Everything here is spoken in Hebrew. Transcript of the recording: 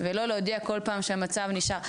ולא להודיע כל פעם שהמצב נשאר,